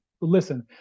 listen